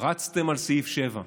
רצתם על סעיף 7,